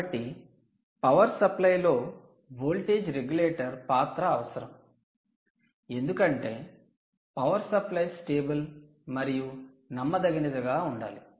కాబట్టి power supply లో voltage regulator పాత్ర అవసరం ఎందుకంటే పవర్ సప్లై స్టేబుల్ మరియు నమ్మదగినదిగా ఉండాలి